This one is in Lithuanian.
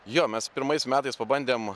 jo mes pirmais metais pabandėm